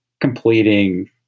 completing